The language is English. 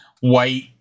white